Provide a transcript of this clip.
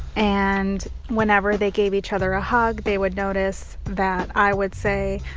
and whenever they gave each other a hug, they would notice that i would say,